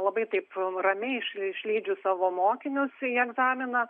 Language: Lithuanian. labai taip ramiai išly išlydžiu savo mokinius į egzaminą